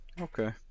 Okay